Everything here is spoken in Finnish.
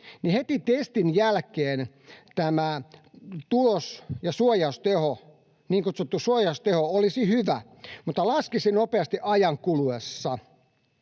heti testin jälkeen tulos, niin kutsuttu suojausteho, olisi hyvä mutta laskisi nopeasti ajan kuluessa.